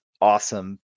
awesome